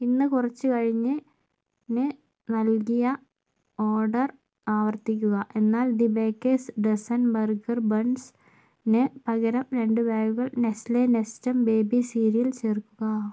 ഇന്ന് കുറച്ചു കഴിഞ്ഞു നൽകിയ ഓർഡർ ആവർത്തിക്കുക എന്നാൽ ദി ബേക്കേഴ്സ് ഡസൻ ബർഗർ ബൺസിന് പകരം രണ്ട് ബാഗുകൾ നെസ്ലെ നെസ്റ്റം ബേബി സീരിയൽ ചേർക്കുക